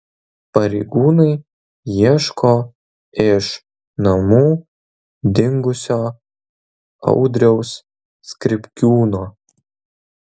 pareigūnai ieško iš namų dingusio audriaus skripkiūno